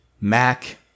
Mac